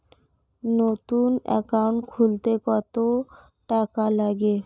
নতুন একাউন্ট খুলতে কত টাকা লাগে?